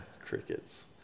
Crickets